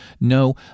No